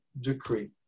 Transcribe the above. decree